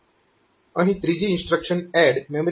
અહીં ત્રીજી instruction ADD memreg1 છે